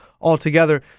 altogether